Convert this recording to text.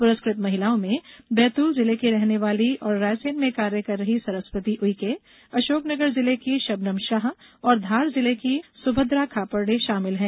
पुरस्कृत महिलाओं में बैतूल जिले की रहने वाली और रायसेन में कार्य कर रही सरस्वती उइके अशोकनगर जिले की शबनम शाह और धार जिले की सुभद्रा खापर्डे शामिल हैं